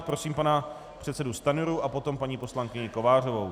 Prosím pana předsedu Stanjuru a potom paní poslankyni Kovářovou.